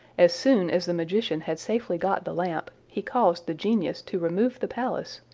as soon as the magician had safely got the lamp, he caused the genius to remove the palace,